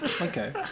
Okay